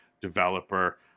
developer